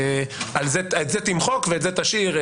את זה תמחק ואת זה תשאיר,